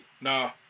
nah